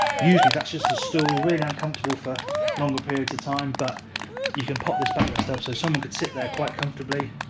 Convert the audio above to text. usually that's just a stool, really uncomfortable for longer periods of time, but you can pop this backwards up so someone could sit there quite comfortably,